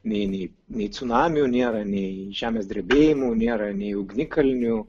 nei nei nei cunamių nėra nei žemės drebėjimų nėra nei ugnikalnių